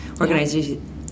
organizations